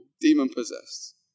demon-possessed